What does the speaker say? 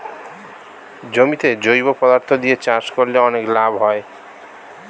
জমিতে জৈব পদার্থ দিয়ে চাষ করলে অনেক লাভ হয়